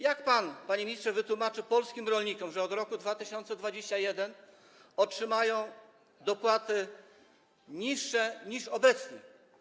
Jak pan, panie ministrze, wytłumaczy polskim rolnikom, że od roku 2021 otrzymają niższe dopłaty niż obecnie?